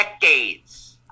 decades